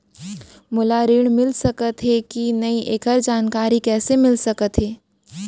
मोला ऋण मिलिस सकत हे कि नई एखर जानकारी कइसे मिलिस सकत हे?